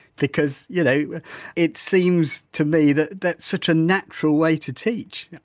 because you know it seems to me that that such a natural way to teach?